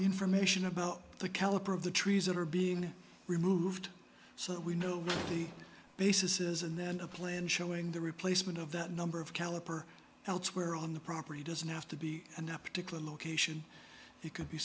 information about the caliber of the trees that are being removed so that we know really basis is and then a plan showing the replacement of the number of caliper elsewhere on the property doesn't have to be and the particular location you could be